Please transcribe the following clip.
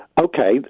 okay